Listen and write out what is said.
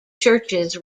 churches